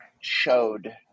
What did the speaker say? showed